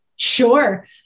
Sure